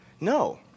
No